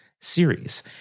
series